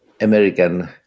American